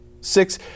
Six